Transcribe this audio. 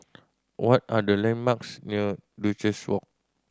what are the landmarks near Duchess Walk